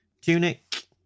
tunic